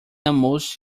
almost